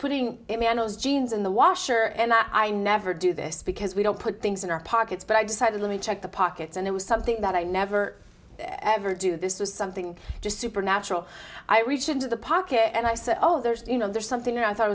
putting him in those jeans in the washer and i never do this because we don't put things in our pockets but i decided let me check the pockets and it was something that i never ever do this was something just supernatural i reach into the pocket and i said oh there's you know there's something that i thought